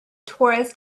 torus